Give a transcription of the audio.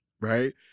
Right